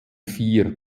vier